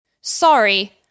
sorry